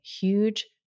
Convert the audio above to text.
huge